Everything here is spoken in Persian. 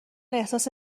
احساس